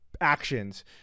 actions